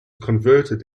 converted